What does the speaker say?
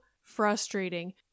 frustrating